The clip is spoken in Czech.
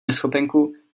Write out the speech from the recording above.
neschopenku